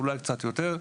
אולי קצת יותר.